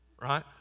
right